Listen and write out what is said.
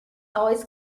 always